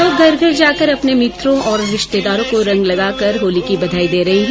लोग घर घर जाकर अपने भित्रों और रिश्तेदारों को रंग लगाकर होली की बधाई दे रहे है